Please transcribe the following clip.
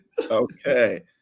Okay